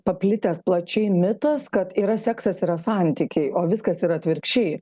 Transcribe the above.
paplitęs plačiai mitas kad yra seksas yra santykiai o viskas yra atvirkščiai